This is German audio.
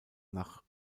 nach